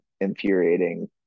infuriating